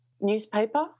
newspaper